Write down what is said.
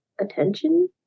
attention